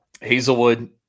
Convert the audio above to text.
Hazelwood